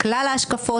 את כלל ההשקפות,